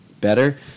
better